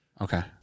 Okay